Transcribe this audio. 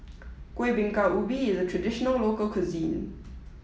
Kueh Bingka Ubi is a traditional local cuisine